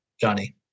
Johnny